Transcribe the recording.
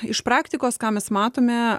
iš praktikos ką mes matome